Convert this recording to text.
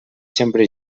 sempre